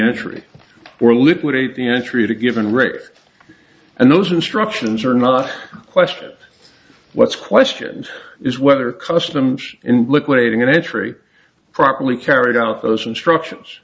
entry or liquidate the entry of a given rate and those instructions are not question what's question is whether customs in liquidating an entry properly carried out those instructions